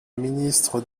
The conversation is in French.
ministre